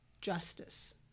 justice